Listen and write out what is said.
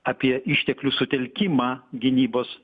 apie išteklių sutelkimą gynybos